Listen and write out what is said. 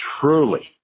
truly